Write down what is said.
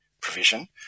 provision